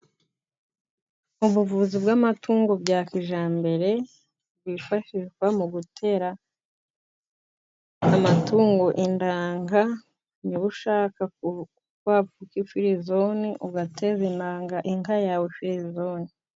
Ubuvuzi bw'amatungo bwa kijyambere bwifashishwa mu gutera amatungo intanga. Waba ushaka ko havuka ifirizoni ugateza intanga inka yawe ku ifirizoni.